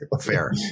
Fair